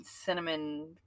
cinnamon